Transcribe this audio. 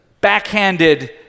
backhanded